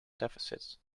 deficits